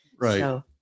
Right